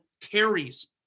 carries